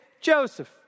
Joseph